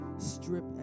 strip